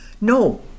no